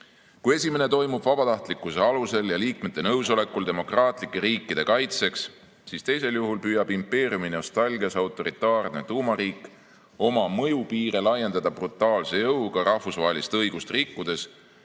Kui esimene toimub vabatahtlikkuse alusel ja liikmete nõusolekul demokraatlike riikide kaitseks, siis teisel juhul püüab impeeriuminostalgias autoritaarne tuumariik oma mõjupiire laiendada brutaalse jõuga rahvusvahelist õigust rikkudes